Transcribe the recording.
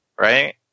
right